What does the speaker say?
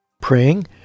Praying